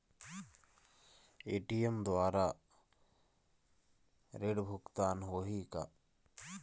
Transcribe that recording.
ATM द्वारा ऋण भुगतान होही का?